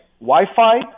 Wi-Fi